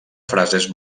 frases